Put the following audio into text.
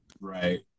right